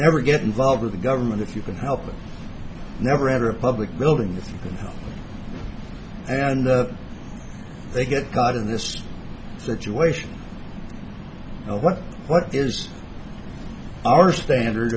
never get involved with the government if you can help it never enter a public building and they get caught in this situation you know what what is our standard